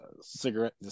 cigarette